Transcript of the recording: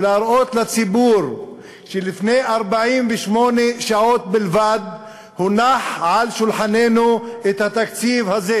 ונראה לציבור שלפני 48 שעות בלבד הונח על שולחננו התקציב הזה.